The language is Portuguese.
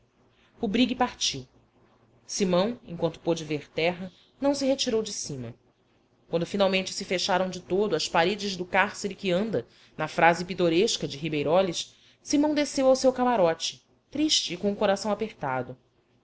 o brigue partiu simão enquanto pôde ver terra não se retirou de cima quando finalmente se fecharam de todo as paredes do cárcere que anda na frase pitoresca de ribeyrolles simão desceu ao seu camarote triste e com o coração apertado